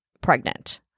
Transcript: pregnant